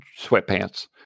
sweatpants